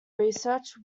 research